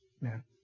man